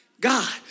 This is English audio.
god